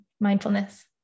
mindfulness